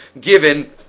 given